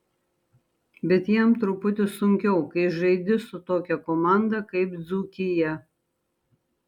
bet jam truputį sunkiau kai žaidi su tokia komanda kaip dzūkija